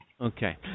Okay